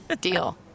deal